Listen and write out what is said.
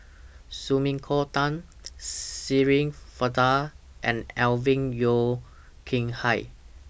Sumiko Tan Shirin Fozdar and Alvin Yeo Khirn Hai